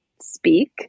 speak